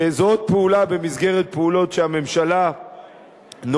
זו עוד פעולה במסגרת הפעולות שהממשלה נוקטת